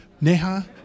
Neha